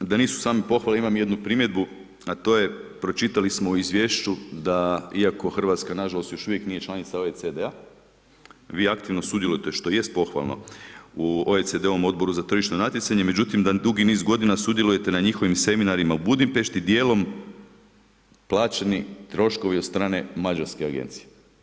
Da nisu samo pohvale, imam i jednu primjedbu a to je pročitali smo u izvješću da iako Hrvatska nažalost još uvijek članica OECD-a, vi aktivno sudjelujete što jest pohvalno u OPECD-ovom odboru za tržišno natjecanje međutim dugi niz godina sudjelujete na njihovim seminarima u Budimpešti, djelom plaćeni troškovi od strane mađarske agencije.